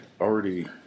already